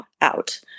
out